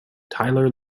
tyler